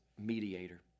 mediator